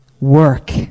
Work